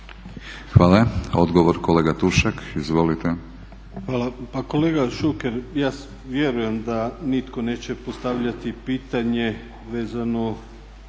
Hvala. Odgovor, kolega Tušak. Izvolite. **Tušak, Zlatko (ORaH)** Hvala. Pa kolega Šuker ja vjerujem da nitko neće postavljati pitanje vezano